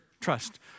Trust